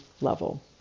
level